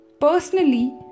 Personally